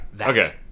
Okay